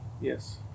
Yes